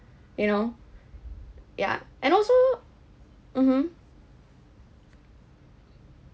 you know ya and also mmhmm